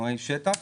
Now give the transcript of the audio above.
אופנועי שטח.